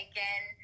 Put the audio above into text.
Again